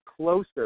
closer